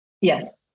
Yes